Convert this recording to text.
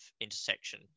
intersection